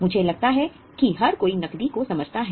मुझे लगता है कि हर कोई नकदी को समझता है